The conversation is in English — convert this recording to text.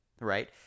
right